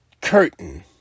curtain